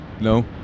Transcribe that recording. No